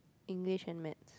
English and maths